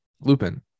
lupin